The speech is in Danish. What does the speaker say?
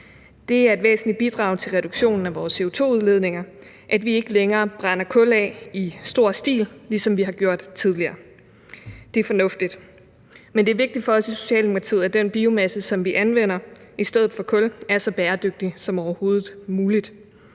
Det er et væsentligt bidrag til reduktionen af vores CO2-udledninger, at vi ikke længere brænder kul af i stor stil, ligesom vi har gjort tidligere. Det er fornuftigt. Men det er vigtigt for os i Socialdemokratiet, at den biomasse, som vi anvender i stedet for kul, er så bæredygtig som overhovedet muligt.